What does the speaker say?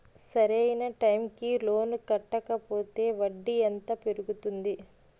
సరి అయినా టైం కి లోన్ కట్టకపోతే వడ్డీ ఎంత పెరుగుతుంది?